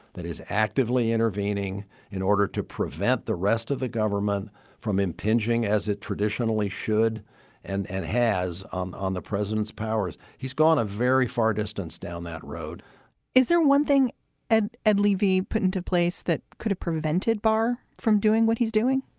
that is actively intervening in order to prevent the rest of the government from impinging as it traditionally should and and has um on the president's powers. he's gone a very far distance down that road is there one thing and ed leavy put into place that could have prevented barr from doing what he's doing?